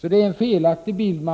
Det är alltså en felaktig bild